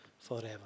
forever